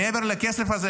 מעבר לכסף הזה,